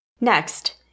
Next